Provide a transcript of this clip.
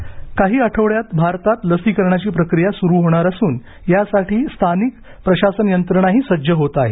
लसीकरण काही आठवड्यात भारतात लसीकरणाची प्रक्रिया सुरू होणार असून यासाठी स्थानिक प्रशासन यंत्रणाही सज्ज होत आहे